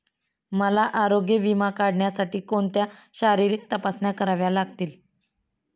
मला आरोग्य विमा काढण्यासाठी कोणत्या शारीरिक तपासण्या कराव्या लागतील?